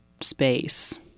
space